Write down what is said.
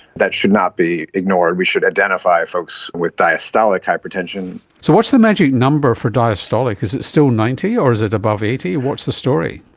that should not be ignored, we should identify folks with diastolic hypertension. so what's the magic number for diastolic, is it still ninety, or is it above eighty? what's the story?